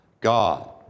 God